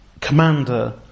commander